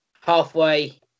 halfway